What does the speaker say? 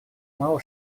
мало